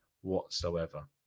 whatsoever